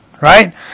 Right